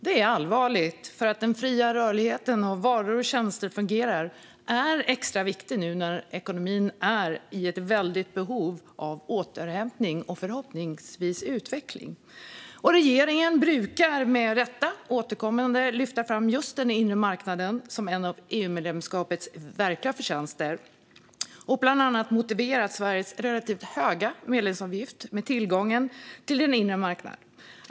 Det är allvarligt, för det är extra viktigt att den fria rörligheten för varor och tjänster fungerar nu när ekonomin är i ett väldigt behov av återhämtning - och förhoppningsvis utveckling. Regeringen brukar, med rätta, återkommande lyfta fram just den inre marknaden som en av EU-medlemskapets verkliga förtjänster och bland annat motivera Sveriges relativt höga medlemsavgift med tillgången till den inre marknaden.